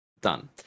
done